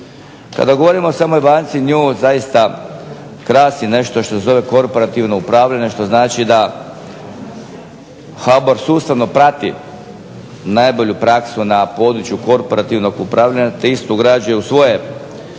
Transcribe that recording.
Kada govorimo o samoj banci nju zaista krasi nešto što se zove korporativno upravljanje, što znači da HBOR sustavno prati najbolju praksu na području korporativnog upravljanja te istu ugrađuje u svoje